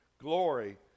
glory